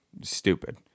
stupid